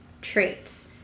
traits